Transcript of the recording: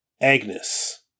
Agnes